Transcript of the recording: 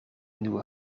nieuwe